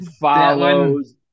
follows